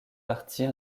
partie